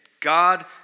God